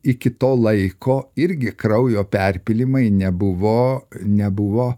iki to laiko irgi kraujo perpylimai nebuvo nebuvo